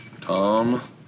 Tom